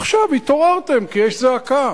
עכשיו התעוררתם כי יש זעקה.